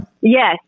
Yes